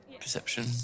Perception